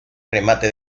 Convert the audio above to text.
remate